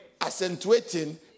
accentuating